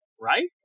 Right